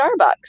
Starbucks